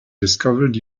discovered